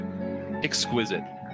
Exquisite